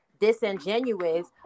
disingenuous